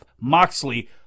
Moxley